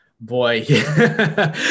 boy